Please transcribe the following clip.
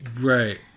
Right